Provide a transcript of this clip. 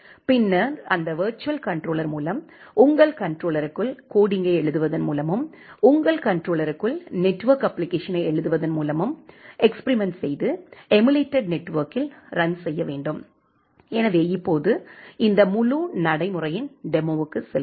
பின்னர் அந்த virtual controller மூலம் உங்கள் கண்ட்ரோலருக்குள் கோடிங்யை எழுதுவதன் மூலமும் உங்கள் கண்ட்ரோலருக்குள் நெட்வொர்க் அப்ப்ளிகேஷனை எழுதுவதன் மூலமும் எஸ்பிரிமெண்ட் செய்து எமுலேட்டட் நெட்வொர்க்கில் ரன் செய்ய வேண்டும் எனவே இப்போது இந்த முழு நடைமுறையின் டெமோவுக்கு செல்லலாம்